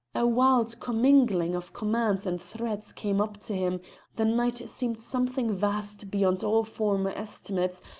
a wild commingling of commands and threats came up to him the night seemed something vast beyond all former estimates,